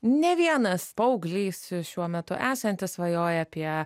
ne vienas paauglys šiuo metu esantis svajoja apie